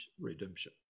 redemption